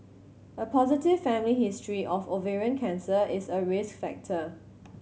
a positive family history of ovarian cancer is a risk factor